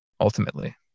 ultimately